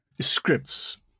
scripts